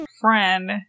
friend